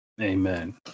Amen